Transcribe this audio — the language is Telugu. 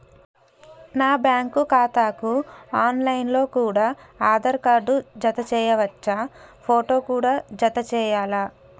నా బ్యాంకు ఖాతాకు ఆన్ లైన్ లో కూడా ఆధార్ కార్డు జత చేయవచ్చా ఫోటో కూడా జత చేయాలా?